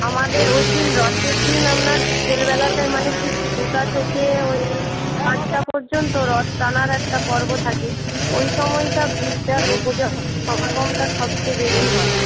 আমাদের ওইদিন রথের দিন আপনার বিকেলবেলাটায় মানে ঠিক দুটো থেকে ওই পাঁচটা পর্যন্ত রথ টানার একটা পর্ব থাকে ওই সময়টা ভিড়টা লোকজন সমাগমটা সবচেয়ে বেশি হয়